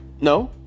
no